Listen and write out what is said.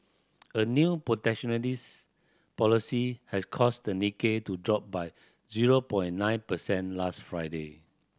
a new protectionist policy has caused the Nikkei to drop by zero point nine percent last Friday